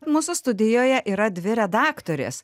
mūsų studijoje yra dvi redaktorės